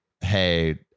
Hey